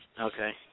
Okay